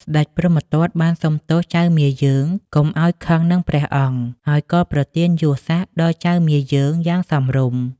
ស្តេចព្រហ្មទត្តបានសុំទោសចៅមាយើងកុំឱ្យខឹងនឹងព្រះអង្គ ហើយក៏ប្រទានយសសក្តិដល់ចៅមាយើងយ៉ាងសមរម្យ។